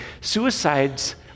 suicides